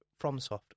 FromSoft